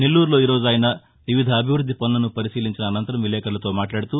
నెల్లూరులో ఈరోజు ఆయన వివిధ అభివృద్ది పనులను పరిశీలించిన అనంతరం విలేకరులతో మాట్లాడుతూ